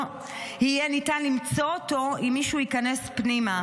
יהיה ניתן למצוא אותו אם מישהו ייכנס פנימה.